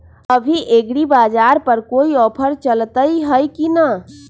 अभी एग्रीबाजार पर कोई ऑफर चलतई हई की न?